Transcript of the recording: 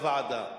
לוועדה.